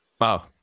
Wow